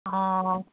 অঁ